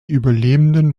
überlebenden